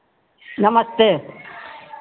नमस्ते